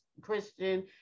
Christian